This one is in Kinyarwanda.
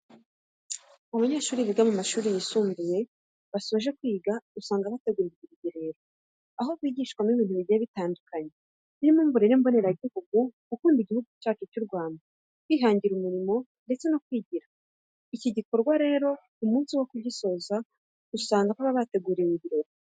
Iyo abanyeshuri biga mu mashuri yisumbuye basoje kwiga, usanga bategurirwa urugerero aho bigishwamo ibintu bigiye bitandukanye birimo uburere mboneragihugu, gukunda Igihugu cyacu cy'u Rwanda, kwihangira umurimo ndetse no kwigira. Iki gikorwa rero, ku munsi wo kugisoza usanga haba hateguwe ibirori.